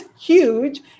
huge